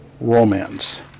romance